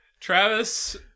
Travis